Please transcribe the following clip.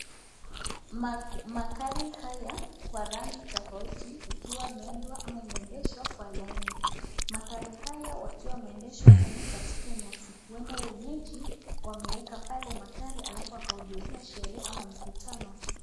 Magari haya kwa rangi tofauti ikiwa imeendwa ama imeendeshwa kwa laini. Magari haya wakiwa wameendeshwa wakaekwa katika nyasi. Ueda wenyeji wameeka pale magari alafu wakahudhuria sherehe ama mkutano.